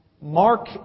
Mark